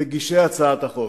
מגישי הצעת החוק,